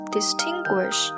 Distinguish